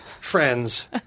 friends